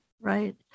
Right